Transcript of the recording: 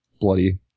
Bloody